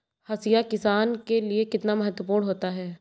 हाशिया किसान के लिए कितना महत्वपूर्ण होता है?